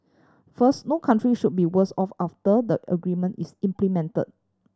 first no country should be worse off after the agreement is implemented